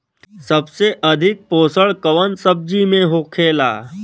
सबसे अधिक पोषण कवन सब्जी में होखेला?